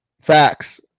Facts